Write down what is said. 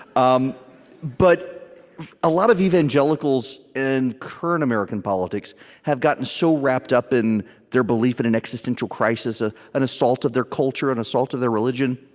um but a lot of evangelicals in and current american politics have gotten so wrapped up in their belief in an existential crisis, ah an assault of their culture, an assault of their religion,